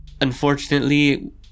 unfortunately